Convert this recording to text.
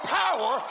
power